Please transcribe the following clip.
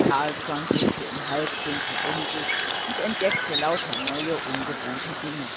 carlsson blickte im halbdunkel um sich und entdeckte lauter neue ungewohnte dinge